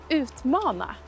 utmana